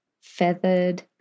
feathered